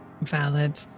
Valid